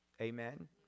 Amen